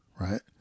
right